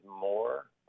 more